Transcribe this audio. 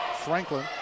Franklin